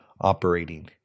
operating